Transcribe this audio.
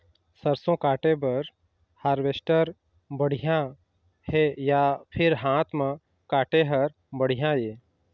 सरसों काटे बर हारवेस्टर बढ़िया हे या फिर हाथ म काटे हर बढ़िया ये?